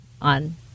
on